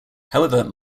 however